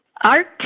Art